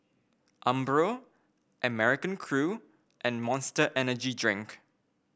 Umbro American Crew and Monster Energy Drink